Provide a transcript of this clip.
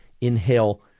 inhale